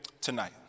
tonight